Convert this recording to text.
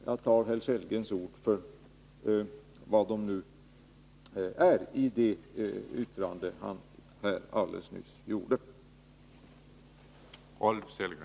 Jag litar emellertid på herr Sellgrens ord i det uttalande som han nyss gjorde.